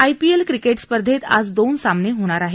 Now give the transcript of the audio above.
IPL cricket स्पर्धेत आज दोन सामने होणार आहेत